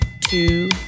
two